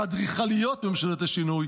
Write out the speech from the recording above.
מאדריכליות ממשלת השינוי,